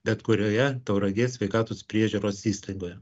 bet kurioje tauragės sveikatos priežiūros įstaigoje